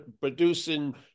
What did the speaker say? producing